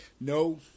No